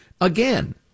again